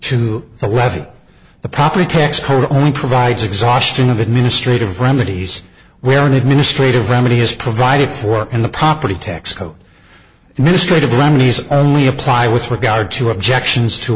levy the property tax code only provides exhaustion of administrative remedies where an administrative remedy is provided for in the property tax code and mistreated remedies only apply with regard to objections to